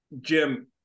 Jim